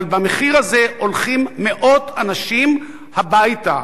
אבל במחיר הזה הולכים מאות אנשים הביתה,